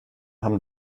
haben